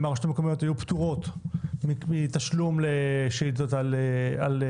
אם הרשויות המקומיות היו פטורות מתשלום לשאילתות על רישוי